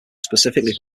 specifically